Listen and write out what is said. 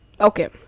okay